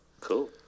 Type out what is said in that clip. cool